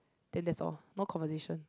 then that's all no conversation